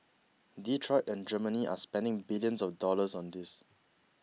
Detroit and Germany are spending billions of dollars on this